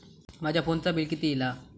माझ्या फोनचा बिल किती इला?